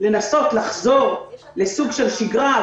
לנסות לחזור לסוג של שגרה.